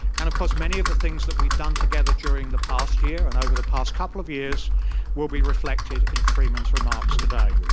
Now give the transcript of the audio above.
and of course many of the things that we've done together during the past year and over the past couple of years will be reflected in freeman's remarks today.